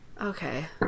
okay